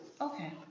Okay